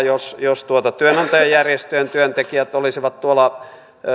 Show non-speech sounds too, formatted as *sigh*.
*unintelligible* jos jos työnantajajärjestöjen työntekijät olisivat tuolla